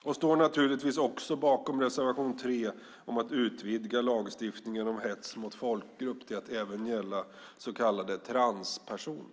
Jag står naturligtvis också bakom reservation 3 om att utvidga lagstiftningen om hets mot folkgrupp till att även gälla så kallade transpersoner.